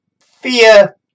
fear